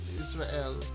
Israel